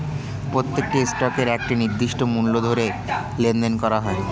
প্রত্যেকটি স্টকের একটি নির্দিষ্ট মূল্য ধরে লেনদেন করা হয়